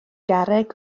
garreg